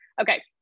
Okay